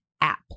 app